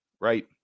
right